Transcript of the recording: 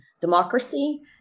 democracy